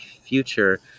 future